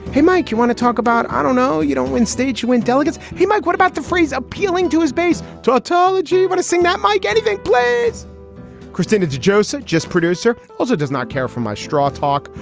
hey, mike, you want to talk about i don't know, you don't win stage, you win delegates hey, mike, what about the phrase appealing to his base tautology? you want to sing that, mike? anything plays christine to to joseph, just producer also does not care for my straw talk.